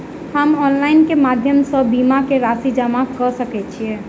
हम ऑनलाइन केँ माध्यम सँ बीमा केँ राशि जमा कऽ सकैत छी?